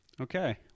Okay